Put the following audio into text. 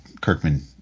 Kirkman